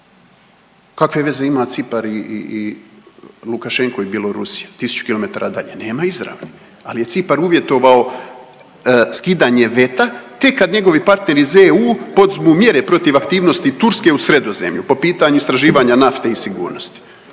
kakve veze ima Cipar i Lukašanko i Bjelorusija, 1000 km dalje, nema izravan ali je Cipar uvjetovao skidanje veta teka kad njegovi partneri iz EU poduzmu mjere protiv aktivnosti Turske u Sredozemlju po pitanju istraživanja nafte i sigurnosti.